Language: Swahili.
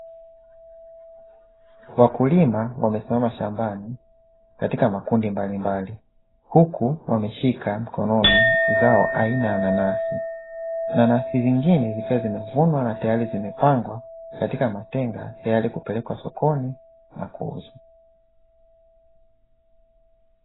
Wakulima wamesimama shambani, katika makundi mbalimbali, huku wameshika mkononi zao aina ya nanasi. Nanasi zingine zikiwa zimevunwa na tayari zimepangwa katika matenga, tayari kupelekwa sokoni na kuuzwa.